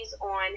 on